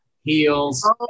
heels